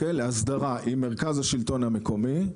להסדרה עם מרכז השלטון המקומי.